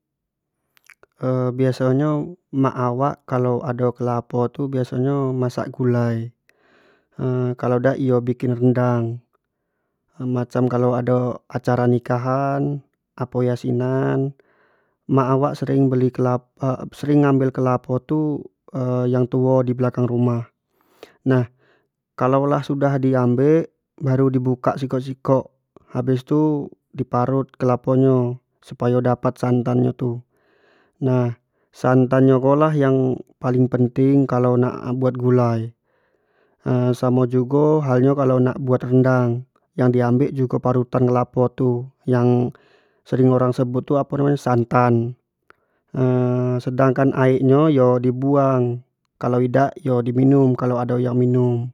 biaso nyo emak awak kalau ado kelapo tu biaso nyo masa gulai kalau dak iyo bikin rendang, macam kalau ado acara nikahan, apo yasinan, emak awak sering beli kelapo sering ngambil yang tuo di belakang rrumah, nah kalau lah sudah di ambek baru di buka sekok- sekok habis tu di parut kelapo nyo supayo dapat santan nyo tu nah santan nyo kok lah yang paling penting kalau nak buat gulai samo jugo hal nyo kalau nak buat rendang yang diambek jugo parutan kelapo tu yang sering orat sebut tu santan, sedangkan yang aek nyo yo di buang kalau idak yo di minum kalau ado yang minum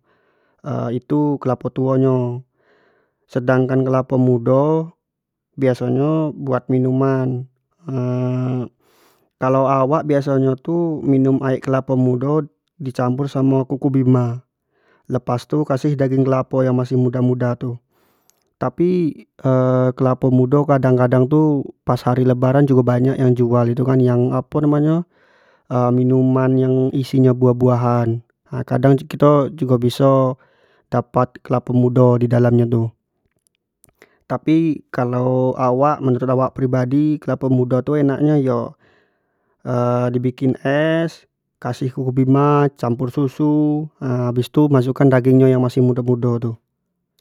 itu kelapo tu nyo, sedangkan kelapo mudo biaso nyo buat minuman, kalau awak biaso nyo tu minum aek kelapo mudo di campur samo kukubima lepas tu kasih daging kelapo yang masih muda-muda tu, tapi kelapo mudo kadang- kadang tu pas hari lebaran tu banyak yang jual tu yang apo namo nyo minuman yang isi nya buah- buahan ha kadang kito jugo biso dapat kelapo mudo di dalam nyo tu tapi kalau awak, menurut awak pribadi kelapo mudo tu yo di bikin es kasih kukubuima campur susu habis tu yo kasih daging nyo yang masih mudo- mudo tu.